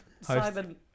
Simon